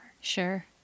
Sure